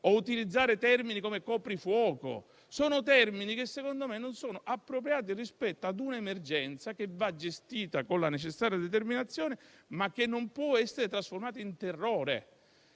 o utilizzare termini come «coprifuoco». Sono termini che, secondo me, non sono appropriati rispetto ad una emergenza che va gestita con la necessaria determinazione, ma che non può essere trasformata in terrore.